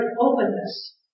openness